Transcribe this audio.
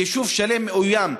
יישוב שלם מאוים.